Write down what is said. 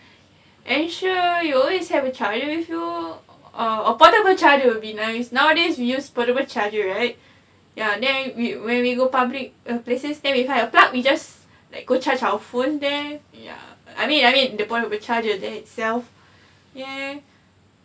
ensure you always have a charger with you or portable charger will be nice nowadays we use portable charger right ya then we when we go public and places that we find a plug we just like go charge our phone there ya I mean I mean the phone will be charged at there itself ya